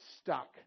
stuck